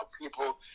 people